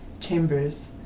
Chambers